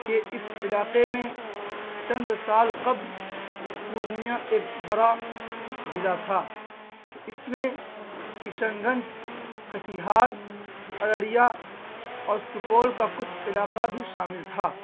کے اس علاقے میں چند سال قبل پورنیہ ایک بڑا ضلع تھا کہ اس میں کشن گنج کٹیہار ارریہ اور سپول کا کچھ علاقہ بھی شامل تھا